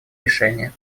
решения